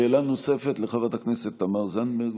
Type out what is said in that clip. שאלה נוספת, לחברת הכנסת תמר זנדברג,